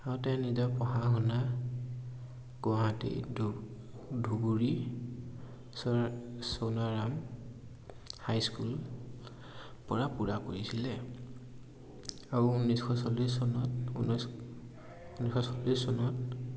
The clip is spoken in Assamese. আৰু তেওঁ নিজৰ পঢ়া শুনা গুৱাহাটী ধু ধুবুৰী চো সোনাৰাম হাইস্কুল পৰা পূৰা কৰিছিলে আৰু ঊনৈছশ চল্লিছ চনত ঊনৈছ ঊনষষ্ঠি চনত